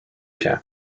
sea